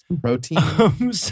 Protein